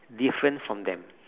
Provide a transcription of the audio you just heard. different from them